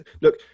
Look